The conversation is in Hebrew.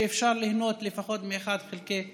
שאפשר ליהנות לפחות מ-1/12.